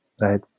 right